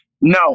No